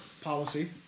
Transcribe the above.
policy